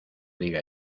diga